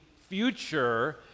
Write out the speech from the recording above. future